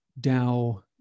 DAO